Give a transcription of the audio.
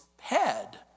head